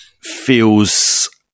feels